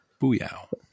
Booyah